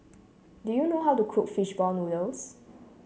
do you know how to cook fish ball noodles